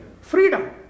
freedom